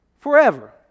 Forever